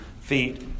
feet